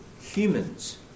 humans